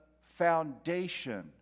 foundation